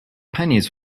pennies